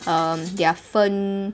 um their 分